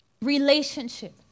Relationship